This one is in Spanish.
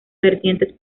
vertientes